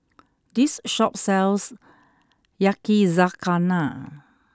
this shop sells Yakizakana